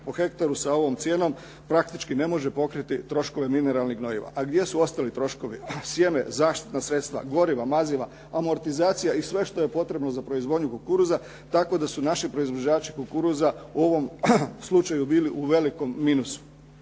po hektaru sa ovom cijenom. Praktički ne može pokriti troškove mineralnih gnojiva, a gdje su ostali troškovi sjeme, zaštitna sredstva, goriva, maziva, amortizacija i sve što je potrebno za proizvodnju kukuruza tako da su naši proizvođači kukuruza u ovom slučaju bili u velikom minusu